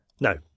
No